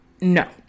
No